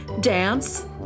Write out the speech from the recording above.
dance